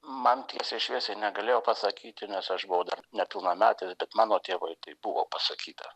man tiesiai šviesiai negalėjo pasakyti nes aš buvau dar nepilnametis bet mano tėvui tai buvo pasakyta